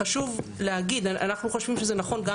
חשוב להגיד שאנחנו חושבים שזה נכון גם